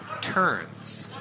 turns